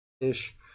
ish